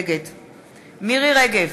נגד מירי רגב,